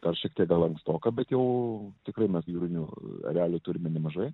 dar šiek tiek gal ankstoka bet jau tikrai mes jūrinių erelių turime nemažai